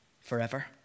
forever